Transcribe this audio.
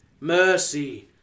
mercy